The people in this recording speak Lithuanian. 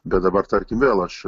bet dabar tarkim vėl aš